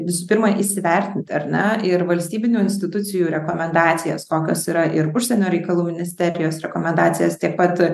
visų pirma įsivertinti ar ne ir valstybinių institucijų rekomendacijas kokios yra ir užsienio reikalų ministerijos rekomendacijas taip pat